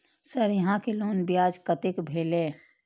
Sir यहां के loan ब्याज कतेक भेलेय?